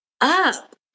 up